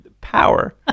power